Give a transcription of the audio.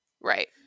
Right